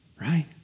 Right